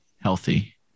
Healthy